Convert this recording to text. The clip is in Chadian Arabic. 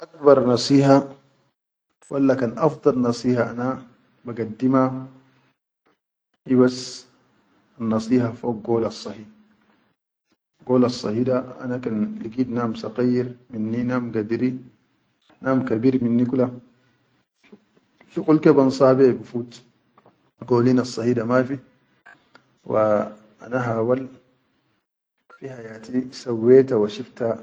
Akbar nasiha walla kan afdal nasiha ana ma gaddi ma di bas nasiha fog gulasahi, gulassahi da ana kan ligit nadum kabir minni nadum gadiri nadum kabir minni kula shuqul kan ban sa beha bi fut golina sahi da mafi wa ana hawal fi hayati, sawweta wa shifta.